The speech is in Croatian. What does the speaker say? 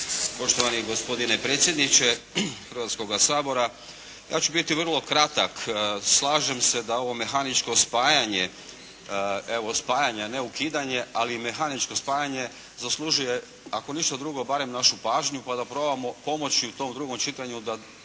Poštovani gospodine predsjedniče Hrvatskoga sabora. Ja ću biti vrlo kratak. Slažem se da ovo mehaničko spajanje, evo spajanje ne ukidanje, ali mehaničko spajanje zaslužuje ako ništa drugo barem našu pažnju pa da probamo pomoći u tom drugom čitanju da kod